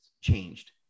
changed